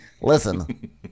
Listen